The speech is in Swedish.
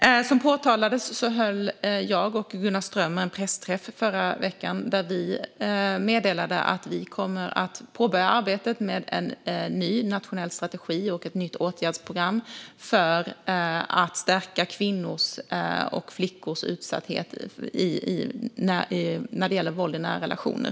Precis som det har påpekats höll jag och Gunnar Strömmer en pressträff i förra veckan där vi meddelade att vi kommer att påbörja arbetet med en ny nationell strategi och ett nytt åtgärdsprogram för att stärka kvinnor och flickor som är utsatta för våld i nära relationer.